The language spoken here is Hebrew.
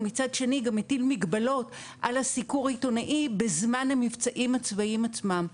ומצד שני גם מטיל מגבלות על הסיקור העיתונאי בזמן המבצעים הצבאיים עצמם.